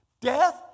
Death